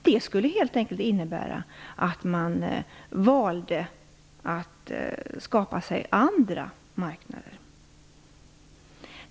Det skulle helt enkelt innebära att man valde att skapa sig andra marknader.